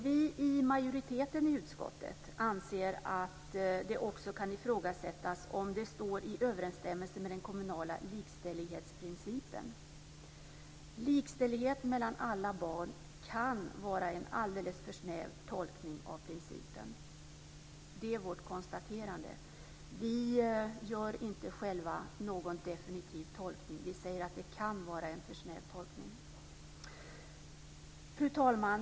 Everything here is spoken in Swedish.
Vi i majoriteten i utskottet anser att det också kan ifrågasättas om det står i överensstämmelse med den kommunala likställighetsprincipen. Likställighet mellan alla barn kan vara en alldeles för snäv tolkning av principen. Det är vårt konstaterande. Vi gör inte själva någon definitiv tolkning. Vi säger att det kan vara en för snäv tolkning. Fru talman!